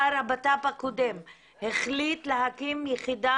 שר בטחון הפנים הקודם החליט להקים יחידה